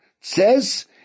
says